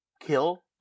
kill